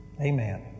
Amen